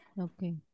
Okay